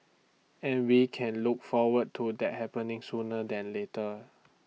and we can look forward to that happening sooner than later